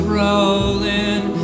rolling